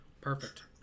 perfect